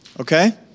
Okay